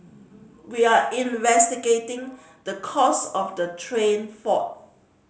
we are investigating the cause of the train fault